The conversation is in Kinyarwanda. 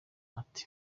ati